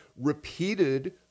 repeated